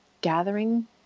gathering